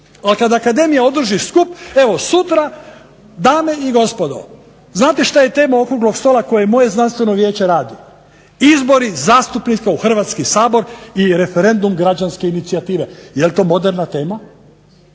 ali kad Akademija održi skup evo sutra, dame i gospodo znate šta je tema okruglog stola koji moje znanstveno vijeće radi, izbori zastupnika u Hrvatski sabor i referendum građanske inicijative. Jel to moderna tema?